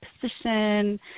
position